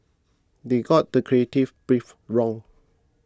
they got the creative brief wrong